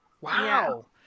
Wow